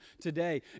today